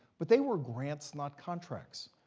but they were grants, not contracts.